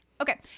okay